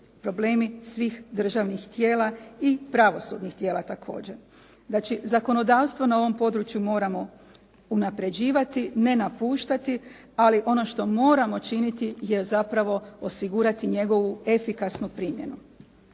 problemi svih državnih tijela i pravosudnih tijela također. Znači, zakonodavstvo na ovom području moramo unapređivati, ne napuštati, ali ono što moramo činiti je zapravo osigurati njegovu efikasnu primjenu.